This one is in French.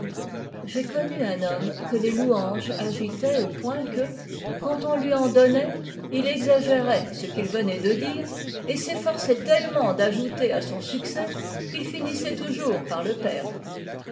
j'ai connu un homme que les louanges agitaient au point que quand on lui en donnait il exagérait ce qu'il venait de dire et s'efforçait tellement d'ajouter à son succès qu'il finissait toujours par le perdre